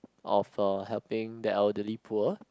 of uh helping the elderly poor